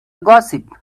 gossip